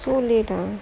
so late ah